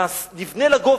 נבנה לגובה.